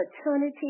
opportunity